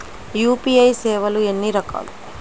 UPI సేవలు ఎన్నిరకాలు?